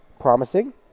promising